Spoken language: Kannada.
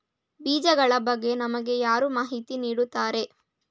ಬೀಜಗಳ ಬಗ್ಗೆ ನಮಗೆ ಯಾರು ಮಾಹಿತಿ ನೀಡುತ್ತಾರೆ?